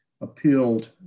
appealed